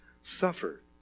suffer